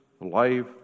life